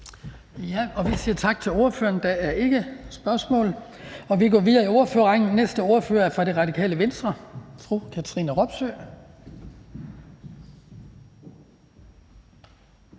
Vi siger tak til ordføreren. Der er ikke spørgsmål. Og vi går videre i ordførerrækken. Næste ordfører er fra Radikale Venstre. Fru Katrine Robsøe.